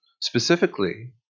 Specifically